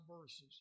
verses